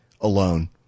alone